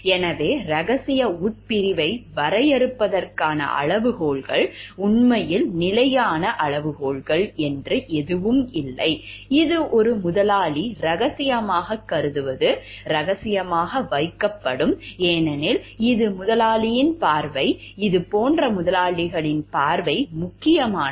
எனவே ரகசிய உட்பிரிவை வரையறுப்பதற்கான அளவுகோல்கள் உண்மையில் நிலையான அளவுகோல்கள் எதுவும் இல்லை இது ஒரு முதலாளி ரகசியமாக கருதுவது ரகசியமாக வைக்கப்படும் ஏனெனில் இது முதலாளிகளின் பார்வை இது போன்ற முதலாளிகளின் பார்வை முக்கியமானது